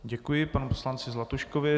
Děkuji panu poslanci Zlatuškovi.